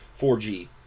4G